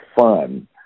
fun